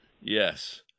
Yes